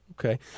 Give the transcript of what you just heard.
Okay